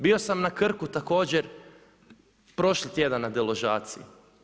Bio sam na Krku također prošli tjedan na deložaciji.